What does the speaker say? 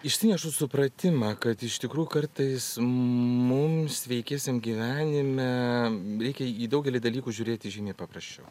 išsinešu supratimą kad iš tikrųjų kartais mum sveikiesiem gyvenime reikia į daugelį dalykų žiūrėti žymiai paprasčiau